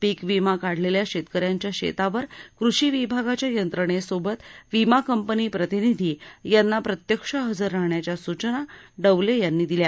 पीक विमा काढलेल्या शेतकऱ्यांच्या शेतावर कृषी विभागाच्या यंत्रणेसोबत विमा कंपनी प्रतिनिधी यांना प्रत्यक्ष हजर राहण्याच्या सूचना डवले यांनी दिल्या